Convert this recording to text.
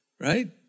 right